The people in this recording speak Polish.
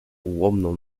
ułomną